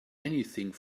anything